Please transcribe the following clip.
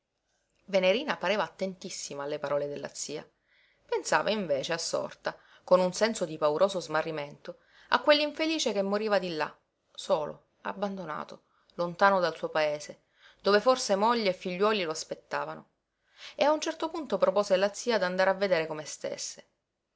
venerina pareva attentissima alle parole della zia pensava invece assorta con un senso di pauroso smarrimento a quell'infelice che moriva di là solo abbandonato lontano dal suo paese dove forse moglie e figliuoli lo aspettavano e a un certo punto propose alla zia d'andare a vedere come stesse